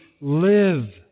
live